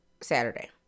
Saturday